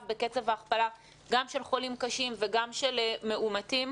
בקצב ההכפלה גם של חולים קשים וגם של מאומתים.